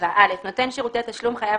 גילוי נאות 7. (א)נותן שירותי תשלום חייב